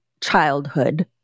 childhood